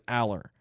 Aller